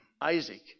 Isaac